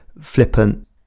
flippant